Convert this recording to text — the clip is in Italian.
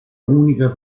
unica